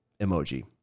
emoji